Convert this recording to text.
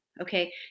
okay